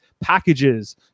packages